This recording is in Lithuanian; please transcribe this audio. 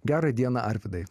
gera diena arvydai